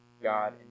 God